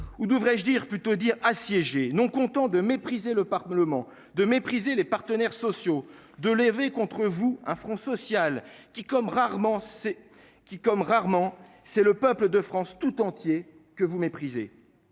ou devrais-je dire plutôt dire assiégée. Non content de mépriser le Parlement de mépriser les partenaires sociaux de lever contre vous un front social qui comme rarement c'est qui comme rarement. C'est le peuple de France tout entier que vous méprisez.